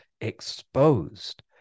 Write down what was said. exposed